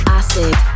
acid